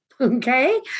Okay